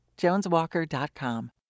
JonesWalker.com